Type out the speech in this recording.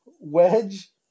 Wedge